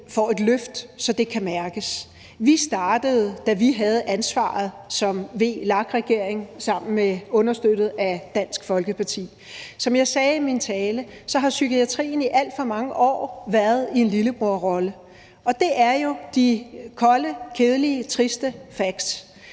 får et løft, så det kan mærkes. Vi startede, da vi havde ansvaret som VLAK-regering, understøttet af Dansk Folkeparti. Som jeg sagde i min tale, har psykiatrien i alt for mange år været i en lillebrorrolle, og det er jo de kolde, kedelige, triste facts.